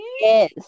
Yes